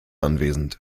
anwesend